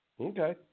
Okay